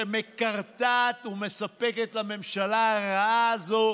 שמקרטעת ומספקת לממשלה הרעה הזאת